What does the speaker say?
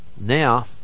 now